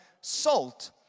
salt